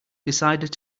decided